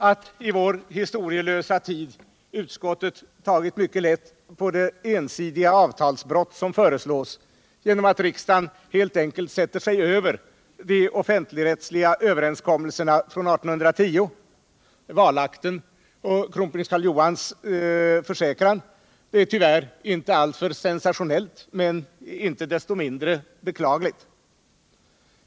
Att i vår historielösa tid utskottet tagit mycket lätt på det ensidiga avtalsbrott som föreslås genom att riksdagen helt enkelt sätter sig över de offentligrättsliga överenskommelserna från 1810, valakten och kronprins Karl Johans försäkran är tyvärr inte alltför sensationellt men inte desto mindre beklagligt.